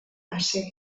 ase